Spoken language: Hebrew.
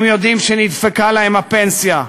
הם יודעים שנדפקה להם הפנסיה.